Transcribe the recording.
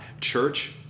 Church